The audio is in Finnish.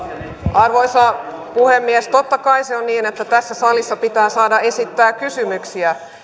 arvoisa puhemies totta kai se on niin että tässä salissa pitää saada esittää kysymyksiä